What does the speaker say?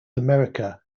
america